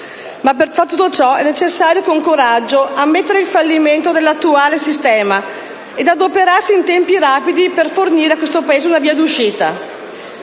Ma per far tutto ciò è necessario con coraggio ammettere il fallimento dell'attuale sistema ed adoperarsi in tempi rapidi per fornire a questo Paese una via d'uscita.